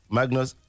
Magnus